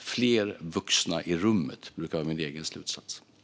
Det behövs fler vuxna i rummet; det brukar vara min egen slutsats.